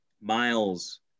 miles